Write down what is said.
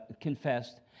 confessed